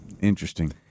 interesting